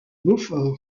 beaufort